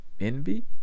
envy